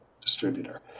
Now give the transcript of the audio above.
distributor